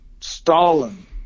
Stalin